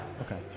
okay